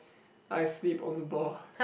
I slip on the ball